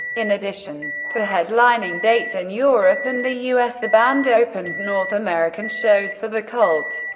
in addition to headlining dates in europe and the u s. the band opened north american shows for the cult,